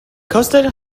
coastal